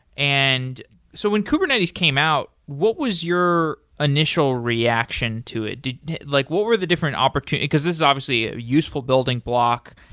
and so when kubernetes came out, what was your initial reaction to it? like what were the different opportunity? because this is obviously a useful building block.